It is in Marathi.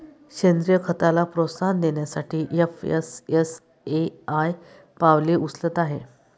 सेंद्रीय खताला प्रोत्साहन देण्यासाठी एफ.एस.एस.ए.आय पावले उचलत आहे